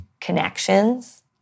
connections